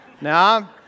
Now